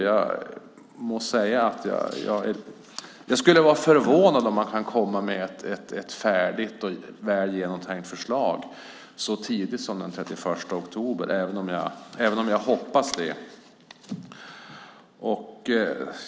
Jag må säga att jag skulle bli förvånad om man kan komma med ett färdigt och väl genomtänkt förslag så tidigt som den 31 oktober, även om jag hoppas det.